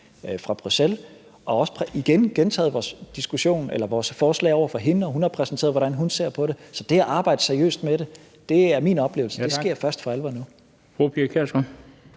fra Bruxelles og gentaget vores forslag over for hende, og hun har præsenteret, hvordan hun ser på det. Så det er min oplevelse, at det at arbejde seriøst med det først for alvor